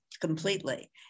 completely